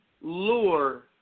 lure